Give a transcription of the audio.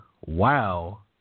wow